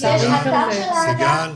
יש אתר של האגף,